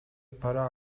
para